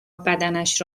بدنش